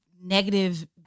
negative